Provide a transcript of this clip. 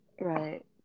Right